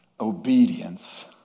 obedience